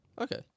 Okay